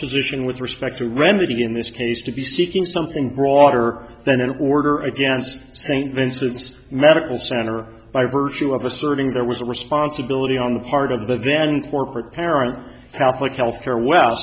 position with respect to remedy in this case to be seeking something broader than an order against st vincent medical center by virtue of asserting there was a responsibility on the part of the vendor for prepare aren't catholic health care we